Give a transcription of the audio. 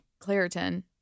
claritin